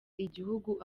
igihugu